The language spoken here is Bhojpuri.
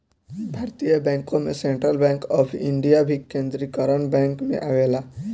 भारतीय बैंकों में सेंट्रल बैंक ऑफ इंडिया भी केन्द्रीकरण बैंक में आवेला